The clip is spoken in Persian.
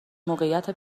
موقعیت